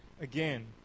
again